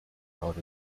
held